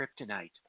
Kryptonite